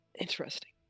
interesting